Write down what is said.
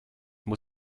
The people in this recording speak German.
muss